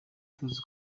tuzi